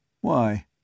Why